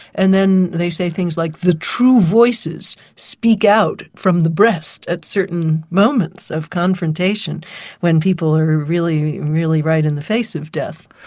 and then they say things like the true voices speak out from the breast at certain moments of confrontation when people are really really right in the face of death.